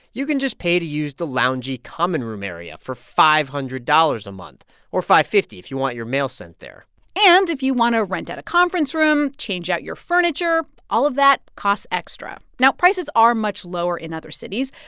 you can just pay to use the loungey common room area for five hundred dollars a month or five hundred and fifty if you want your mail sent there and if you want to rent out a conference room, change out your furniture all of that costs extra. now, prices are much lower in other cities,